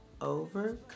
over